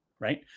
right